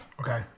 Okay